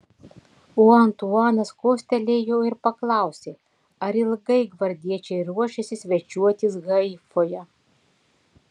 o antuanas kostelėjo ir paklausė ar ilgai gvardiečiai ruošiasi svečiuotis haifoje